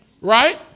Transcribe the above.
Right